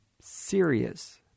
serious